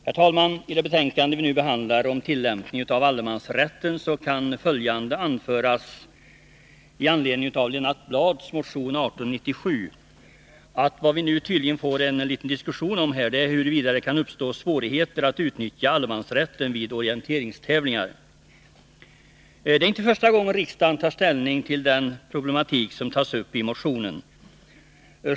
Herr talman! I det betänkande vi nu behandlar, om tillämpningen av allemansrätten, kan följande anföras i anledning av Lennart Bladhs motion 1981/82:1897. Det vi nu tydligen får en liten diskussion om är huruvida det kan uppstå svårigheter att utnyttja allemansrätten vid orienteringstävlingar. Det är inte första gången riksdagen tar ställning till den problematik som tas upp i motionen.